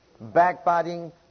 backbiting